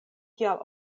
kial